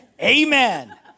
Amen